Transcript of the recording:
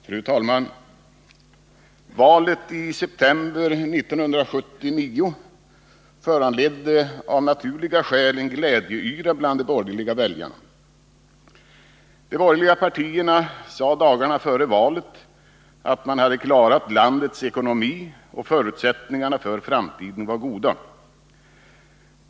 Fru talman! Valet i september 1979 föranledde av naturliga skäl en glädjeyra bland de borgerliga väljarna. De borgerliga partierna sade dagen före valet att man klarat landets ekonomi och att förutsättningarna för framtiden var goda.